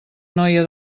noia